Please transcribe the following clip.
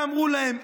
ואמרו להם,